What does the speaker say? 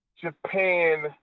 Japan